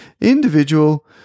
individual